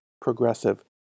Progressive